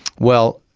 well,